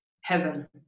heaven